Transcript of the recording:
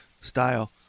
style